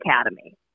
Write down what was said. Academy